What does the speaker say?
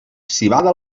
civada